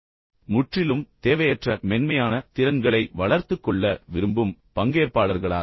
மேலும் முற்றிலும் தேவையற்ற மென்மையான திறன்களை வளர்த்துக் கொள்ள விரும்பும் பங்கேற்பாளர்களாக